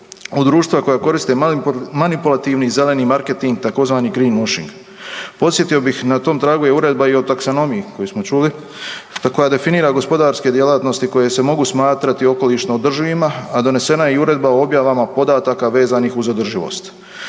od društva koja koriste manipulativni i zeleni marketing, tzv. greenwashing. Podsjetio bih, na tom tragu je Uredba o taksanomiji, koju smo čuli, koja definira gospodarske djelatnosti koje se mogu smatrati okolišno održivima, a donesena je Uredba o objavama podataka vezanih za održivost.